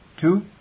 Two